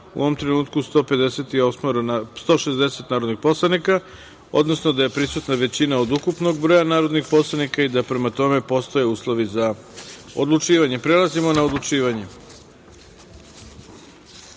u ovom trenutku 160 narodnih poslanika, odnosno da je prisutna većina od ukupnog broja narodnih poslanika i da prema tome postoje uslovi za odlučivanje. Prelazimo na odlučivanje. Pre